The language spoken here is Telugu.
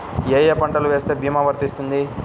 ఏ ఏ పంటలు వేస్తే భీమా వర్తిస్తుంది?